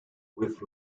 with